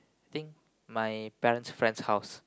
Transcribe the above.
think my parent's friend's house